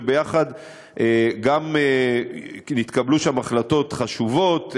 ויחד גם נתקבלו שם החלטות חשובות,